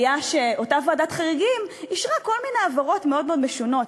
היה שאותה ועדת חריגים אישרה כל מיני העברות מאוד מאוד משונות: